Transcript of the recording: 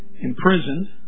imprisoned